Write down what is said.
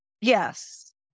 Yes